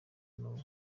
n’ubu